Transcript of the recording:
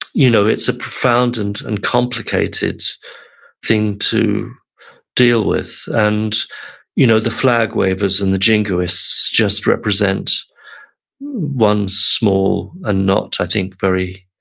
you know it's a profound and and complicated thing to deal with, and you know the flag waivers and the jingoists just represent one small and not, i think, very